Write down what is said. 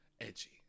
Edgy